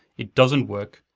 it doesn't work,